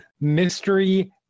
mystery